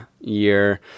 year